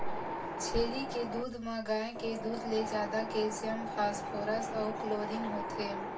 छेरी के दूद म गाय के दूद ले जादा केल्सियम, फास्फोरस अउ क्लोरीन होथे